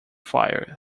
fire